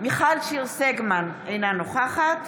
מיכל שיר סגמן, אינה נוכחת